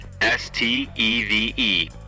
S-T-E-V-E